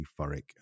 euphoric